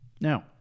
Now